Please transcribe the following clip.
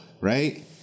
Right